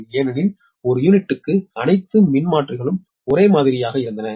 2 ஏனெனில் ஒரு யூனிட்டுக்கு அனைத்து மின்மாற்றிகளும் ஒரே மாதிரியாக இருந்தன